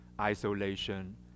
isolation